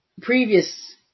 previous